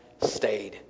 stayed